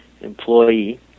employee